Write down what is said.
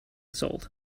sold